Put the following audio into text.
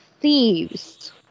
thieves